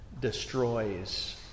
destroys